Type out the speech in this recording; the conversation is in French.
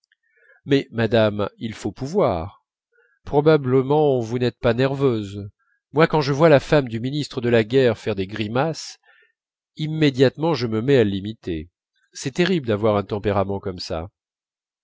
mais madame il faut pouvoir probablement vous n'êtes pas nerveuse moi quand je vois la femme du ministre de la guerre faire des grimaces immédiatement je me mets à l'imiter c'est terrible d'avoir un tempérament comme ça